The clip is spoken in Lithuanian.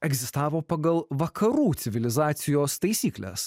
egzistavo pagal vakarų civilizacijos taisykles